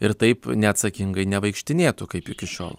ir taip neatsakingai nevaikštinėtų kaip iki šiol